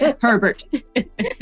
Herbert